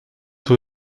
sur